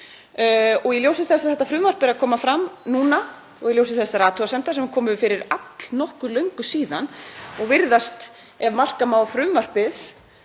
Í ljósi þess að þetta frumvarp er að koma fram núna og í ljósi þessara athugasemda sem komu fyrir allnokkuð löngu síðan þá virðist, ef marka má frumvarpið,